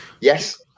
Yes